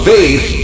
Faith